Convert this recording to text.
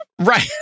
Right